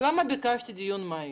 חברים, למה ביקשתי דיון מהיר?